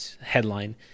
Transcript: headline